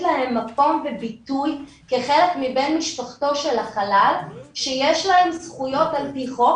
להם מקום וביטוי כחלק מבני משפחתו של החלל שיש להם זכויות על פי חוק,